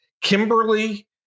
Kimberly